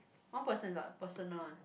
one person is what personal one